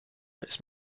ist